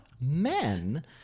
men